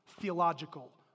theological